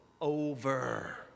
over